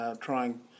trying